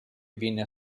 viene